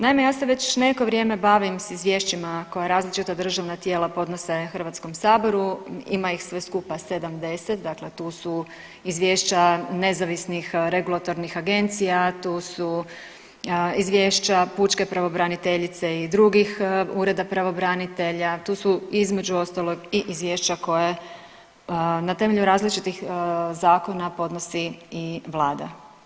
Naime, ja se već neko vrijeme bavim s izvješćima koja različita državna tijela podnose HS, ima ih sve skupa 70, dakle tu su izvješća nezavisnih regulatornih agencija, tu su izvješća pučke pravobraniteljice i drugih ureda pravobranitelja, tu su između ostalog i izvješća koje na temelju različitih zakona podnosi i vlada.